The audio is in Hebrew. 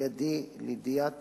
על-ידי לידיעת